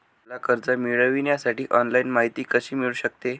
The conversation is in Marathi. मला कर्ज मिळविण्यासाठी ऑनलाइन माहिती कशी मिळू शकते?